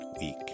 week